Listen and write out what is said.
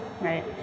Right